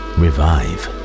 revive